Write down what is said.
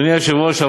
אדוני היושב-ראש,